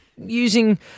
Using